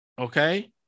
okay